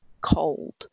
cold